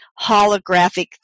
holographic